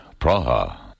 Praha